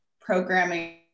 programming